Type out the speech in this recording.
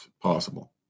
possible